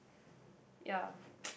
yeah